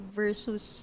versus